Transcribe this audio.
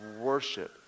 worship